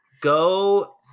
go